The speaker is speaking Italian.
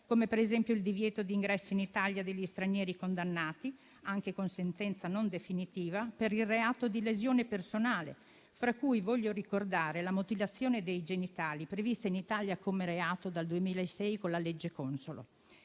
come il divieto d'ingresso in Italia degli stranieri condannati, anche con sentenza non definitiva, per il reato di lesioni personali, fra cui voglio ricordare la mutilazione dei genitali considerata reato in Italia dal 2006, con la legge Consolo.